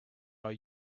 are